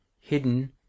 hidden